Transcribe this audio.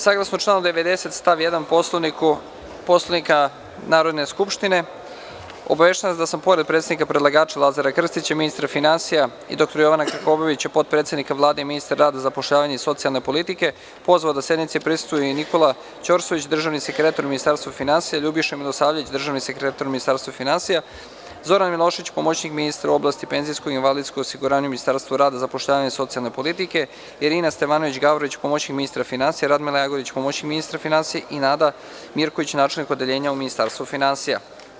Saglasno članu 90. stav 1. Poslovnika Narodne skupštine obaveštavam vas da sam pored predstavnika predlagača Lazara Krstića, ministra finansija i dr Jovana Krkobabića, potpredsednika Vlade i ministra rada, zapošljavanja, i socijalne politike, pozvao da sednici prisustvuju: Nikola Ćorsović, državni sekretar u Ministarstvu finansija, Ljubiša Milosavljević, državni sekretar u Ministarstvu finansija, Zoran Milošević, pomoćnik ministra u oblasti penzijskog i invalidskog osiguranja u Ministarstvu rada, zapošljavanja, socijalne politike, Irina Stevanović Gavrović, pomoćnik ministra finansija, Radmila Jagodić, pomoćnik ministra finansija i Nada Mirković, načelnik Odeljenja u Ministarstvu finansija.